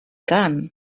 gun